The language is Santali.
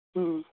ᱦᱮᱸ